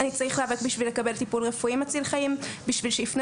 אני צריך להיאבק בשביל לקבל טיפול רפואי מציל חיים; בשביל שייפנו